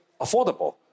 affordable